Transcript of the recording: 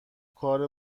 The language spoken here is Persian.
کار